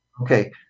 Okay